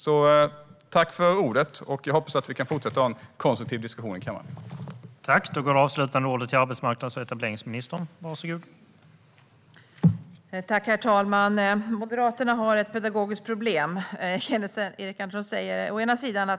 Jag tackar för ordet, och jag hoppas att vi kan fortsätta ha en konstruktiv diskussion i kammaren.